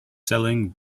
selling